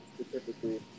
specifically